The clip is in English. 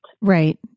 Right